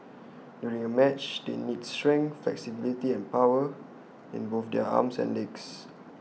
during A match they need strength flexibility and power in both their arms and legs